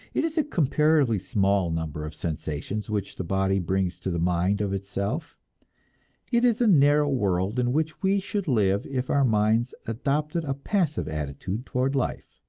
it is a comparatively small number of sensations which the body brings to the mind of itself it is a narrow world in which we should live if our minds adopted a passive attitude toward life.